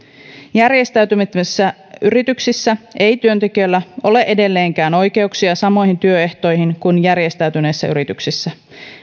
järjestäytymättömissä yrityksissä ei työntekijöillä ole edelleenkään oikeuksia samoihin työehtoihin kuin järjestäytyneissä yrityksissä